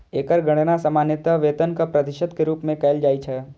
एकर गणना सामान्यतः वेतनक प्रतिशत के रूप मे कैल जाइ छै